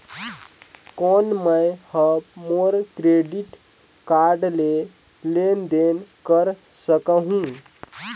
कौन मैं ह मोर क्रेडिट कारड ले लेनदेन कर सकहुं?